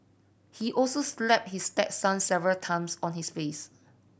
he also slapped his stepson several times on his face